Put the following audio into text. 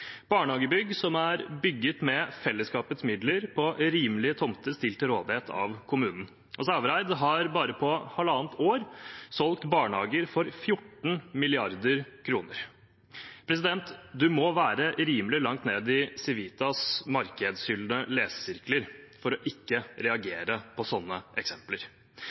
barnehagebygg som er bygget med fellesskapets midler på rimelige tomter stilt til rådighet av kommunen. Sævareid har bare på halvannet år solgt barnehager for 14 mrd. kr. Man må være rimelig langt nede i Civitas markedshyllende lesesirkler for ikke å reagere på sånne eksempler.